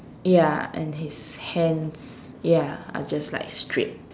ya and his hands ya are just like straight